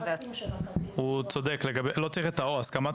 הוא צודק, לא צריך או הסכמת